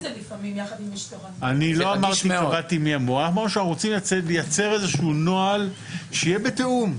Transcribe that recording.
אנחנו רוצים לייצר איזשהו נוהל שיהיה בתיאום.